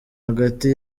hagati